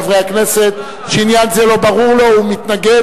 מחברי הכנסת שעניין זה לא ברור לו והוא מתנגד,